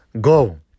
go